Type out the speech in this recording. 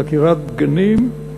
על עקירת גנים.